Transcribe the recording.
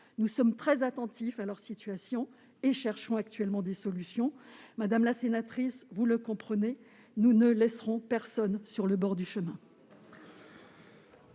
Nous sommes très attentifs à leur situation et cherchons actuellement des solutions. Madame la sénatrice, vous le comprenez, nous ne laisserons personne sur le bord du chemin.